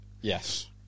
yes